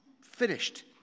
finished